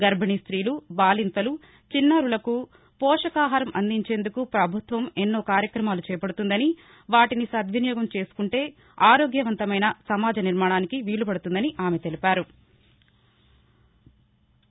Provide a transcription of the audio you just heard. గర్భిణీ స్త్రీలు బాలింతలు చిన్నారులకు పోషకాహారం అందించేందుకు పభుత్వం ఎన్నో కార్యక్రమాలు చేపడుతున్నదనివాటిని సద్వినియోగం చేసుకుంటే ఆరోగ్యవంతమైన సమాజ నిర్మాణానికి వీలుపడుతుందని ఆమె తెలిపారు